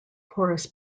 porous